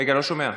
לא שומע.